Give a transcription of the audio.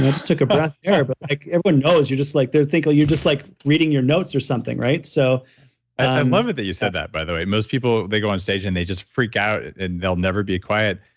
just took a breath there, but like everyone knows, you're just like they're thinking, you're just like reading your notes or something, right? so i love it that you said that, by the way. most people they go on stage and they just freak out and they'll never be quiet.